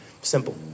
Simple